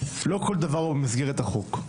לא כל דבר הוא במסגרת החוק.